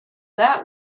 that